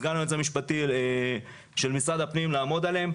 לעמוד עליהם סגן היועץ המשפטי של משרד הפנים לעמוד עליהם.